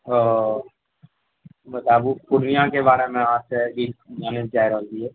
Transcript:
ओ बताबु पूर्णियाके बारेमे अहाँसे ई जानय लए चाहि रहल रहियै